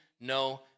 no